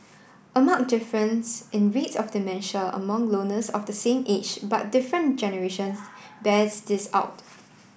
a marked difference in rates of dementia among loners of the same age but different generations bears this out